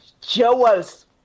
jewels